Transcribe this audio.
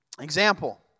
Example